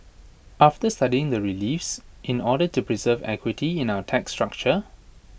after studying the reliefs in order to preserve equity in our tax structure